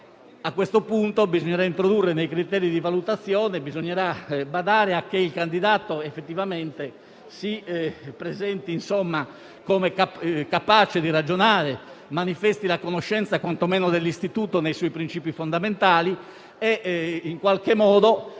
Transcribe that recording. A questo punto, nei criteri di valutazione, bisognerà quindi badare a che il candidato effettivamente si presenti come capace di ragionare, manifesti la conoscenza quantomeno dell'istituto nei suoi principi fondamentali e in qualche modo